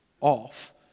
off